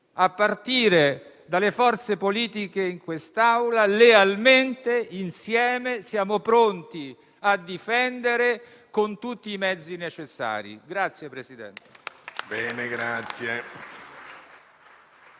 a partire dalle forze politiche presenti in quest'Aula, lealmente e insieme, siamo pronti a difendere con tutti i mezzi necessari.